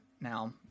now